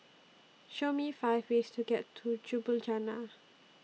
Show Me five ways to get to Ljubljana